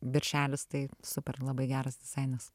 viršelis super labai geras dizainas